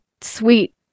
sweet